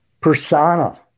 persona